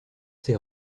ses